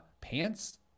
pants